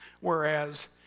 Whereas